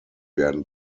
werden